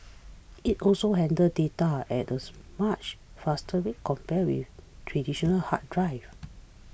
it also handles data at as much faster rate compared with traditional hard drives